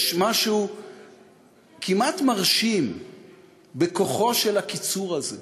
יש משהו כמעט מרשים בכוחו של הקיצור הזה,